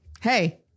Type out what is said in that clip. Hey